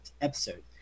episode